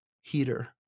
heater